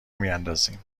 میاندازیم